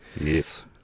Yes